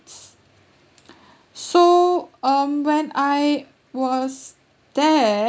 so um when I was there